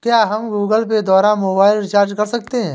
क्या हम Google Pay द्वारा मोबाइल रिचार्ज कर सकते हैं?